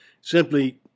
Simply